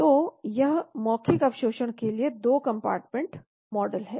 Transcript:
तो यह मौखिक अवशोषण के लिए 2 कंपार्टमेंट मॉडल है